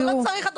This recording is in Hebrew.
זה לא לכבודי.